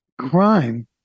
crime